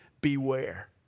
beware